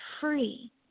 free